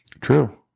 True